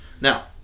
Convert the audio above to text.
Now